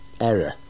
error